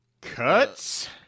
Cuts